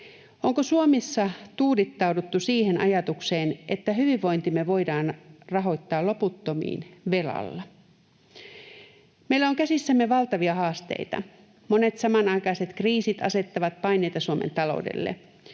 Onko Suomessa tuudittauduttu siihen ajatukseen, että hyvinvointimme voidaan rahoittaa loputtomiin velalla? Meillä on käsissämme valtavia haasteita. Monet samanaikaiset kriisit asettavat paineita Suomen taloudelle.